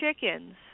chickens